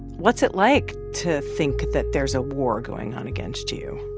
what's it like to think that there's a war going on against you,